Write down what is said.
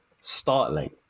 startling